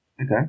Okay